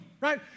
right